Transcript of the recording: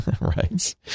Right